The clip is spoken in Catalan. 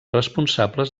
responsables